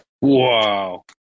Wow